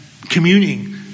communing